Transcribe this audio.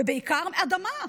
ובעיקר, אדמה.